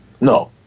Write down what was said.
No